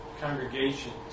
congregations